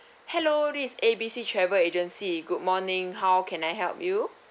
hello this is A B C travel agency good morning how can I help you